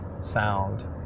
sound